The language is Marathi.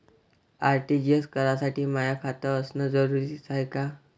आर.टी.जी.एस करासाठी माय खात असनं जरुरीच हाय का?